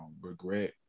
regret